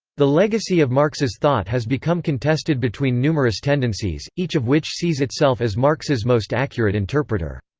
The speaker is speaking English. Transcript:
the legacy of marx's thought has become contested between numerous tendencies, each of which sees itself as marx's most accurate interpreter.